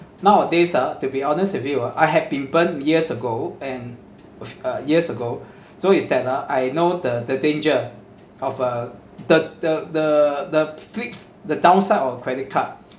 nowadays ah to be honest with you ah I had been burned years ago and uh years ago so is that ah I know the the danger of uh the the the the flips the downside of credit card